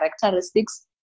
characteristics